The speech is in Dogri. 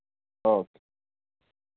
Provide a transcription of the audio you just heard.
ओ के